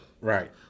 Right